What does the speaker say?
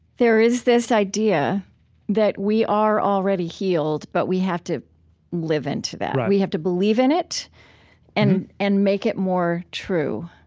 there is this idea that we are already healed, but we have to live into that we have to believe in it and and make it more true.